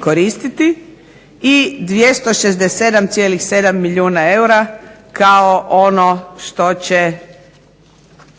koristiti i 267,7 milijuna eura kao ono što će